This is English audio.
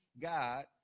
God